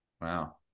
Wow